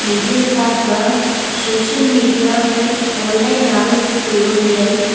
मुंहिंजे हिसाब सां सोशल मीडिया ऐं ऑनलाइन डांस टूरोटियल